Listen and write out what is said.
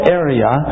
area